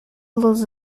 los